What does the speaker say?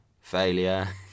failure